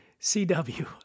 CW